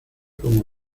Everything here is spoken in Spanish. como